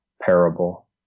parable